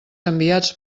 enviats